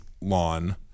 lawn